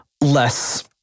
less